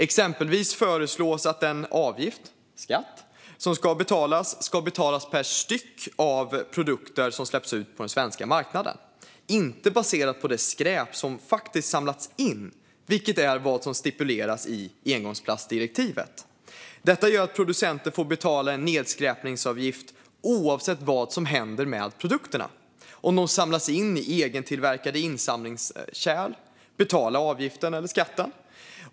Exempelvis föreslås att avgiften, skatten, ska betalas per styck produkter som släpps ut på den svenska marknaden och inte baserat på det skräp som faktiskt samlats in, vilket är vad som stipuleras i engångsplastdirektivet. Detta gör att producenter får betala en nedskräpningsavgift oavsett vad som händer med produkterna. Om de samlas in i egentillverkade insamlingskärl - betala avgiften eller skatten!